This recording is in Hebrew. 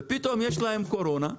ופתאום יש להם קורונה,